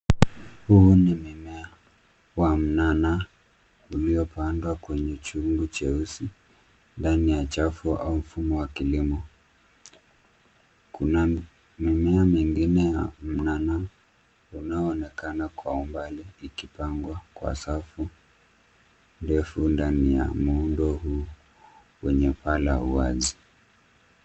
Huu ni mmea wa mnana uliopandwa kwenye chungu cheusi ndani ya chafu au mfumo wa kilimo. Kuna mimea mingine ya mnana unaoonekana kwa umbali ikipangwa kwa safu ndefu ndani ya muundo huu wenye paa la uwazi.